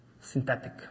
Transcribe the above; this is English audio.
synthetic